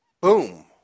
boom